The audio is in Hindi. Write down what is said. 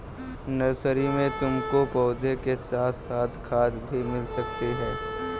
नर्सरी में तुमको पौधों के साथ साथ खाद भी मिल सकती है